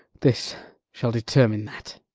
this shall determine that.